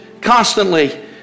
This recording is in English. constantly